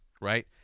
Right